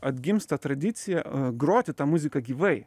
atgimsta tradicija groti tą muziką gyvai